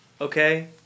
Okay